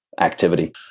activity